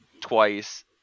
twice